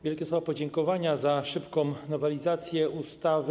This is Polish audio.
Wielkie słowa podziękowania za szybką nowelizację ustawy.